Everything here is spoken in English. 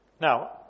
Now